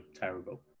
terrible